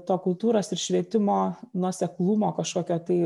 to kultūros ir švietimo nuoseklumo kažkokio tai